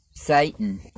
Satan